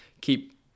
keep